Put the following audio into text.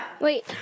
Wait